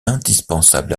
indispensable